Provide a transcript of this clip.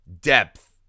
depth